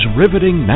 riveting